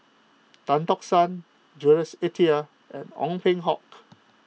Tan Tock San Jules Itier and Ong Peng Hock